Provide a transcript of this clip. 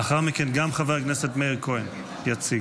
לאחר מכן גם חבר הכנסת מאיר כהן יציג.